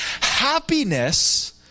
happiness